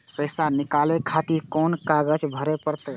पैसा नीकाले खातिर कोन कागज भरे परतें?